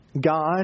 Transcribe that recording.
God